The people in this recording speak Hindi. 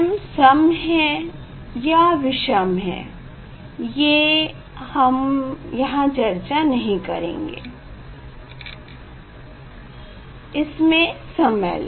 m सम है या विषम ये हम यहाँ चर्चा नहीं करेंगे इसमे समय लगेगा